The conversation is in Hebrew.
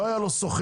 לא היה לו שוכר,